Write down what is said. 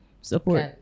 Support